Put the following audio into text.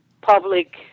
public